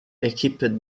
equipped